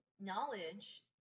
knowledge